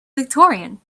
victorian